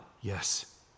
Yes